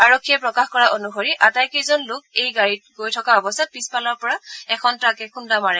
আৰক্ষীয়ে প্ৰকাশ কৰা অনুসৰি আটাইকেইজন লোক এখন গাড়ীৰে গৈ থকা অৱস্থাত পিছ্ফালৰ পৰা এখন ট্ৰাকে খুন্দা মাৰে